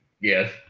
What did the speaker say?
Yes